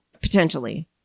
potentially